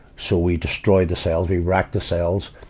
so we destroyed the cells we wrecked the cells.